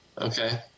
Okay